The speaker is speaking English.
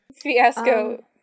Fiasco